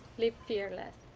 live fearless.